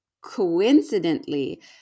Coincidentally